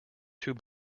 two